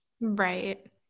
Right